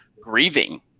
grieving